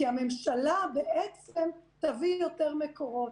כי הממשלה תביא יותר מקורות.